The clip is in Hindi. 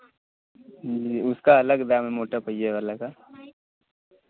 उसका अलग दाम है मोटा पहिए वाले का